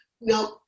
Now